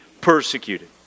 persecuted